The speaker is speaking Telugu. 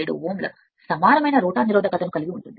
07 ఓంల సమానమైన రోటర్ నిరోధకతను కలిగి ఉంటుంది